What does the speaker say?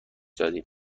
دادیم